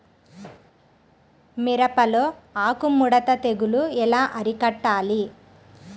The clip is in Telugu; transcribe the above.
మిరపలో ఆకు ముడత తెగులు ఎలా అరికట్టాలి?